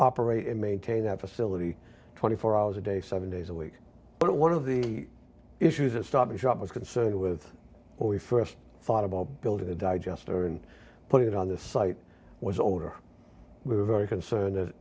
operate and maintain that facility twenty four hours a day seven days a week but one of the issues a starting job was concerned with when we st thought about building a digester and putting it on the site was older we were very concerned that